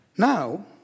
Now